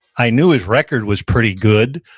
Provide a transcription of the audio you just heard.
i knew his record was pretty good,